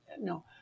No